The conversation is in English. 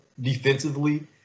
defensively